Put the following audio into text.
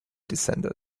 descended